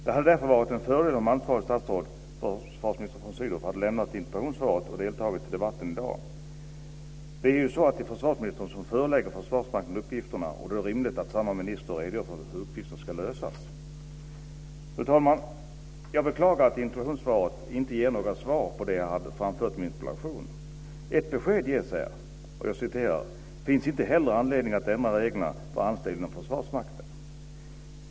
Det hade därför varit en fördel om ansvarigt statsråd, försvarsminister Björn von Sydow, hade lämnat interpellationssvaret och deltagit i debatten i dag. Det är ju försvarsministern som förelägger Försvarsmakten uppgifterna, och då är det rimligt att samma minister redogör för hur uppgiften ska lösas. Fru talman! Jag beklagar att interpellationssvaret inte ger några svar på det jag har framfört i min interpellation. Ett besked ges här: "- finns det inte heller anledning att ändra reglerna för anställda inom försvaret."